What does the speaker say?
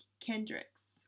Kendricks